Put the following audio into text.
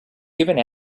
given